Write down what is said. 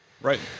Right